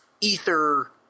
ether